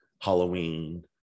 Halloween